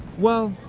well.